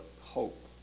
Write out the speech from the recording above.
Hope